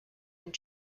and